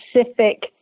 specific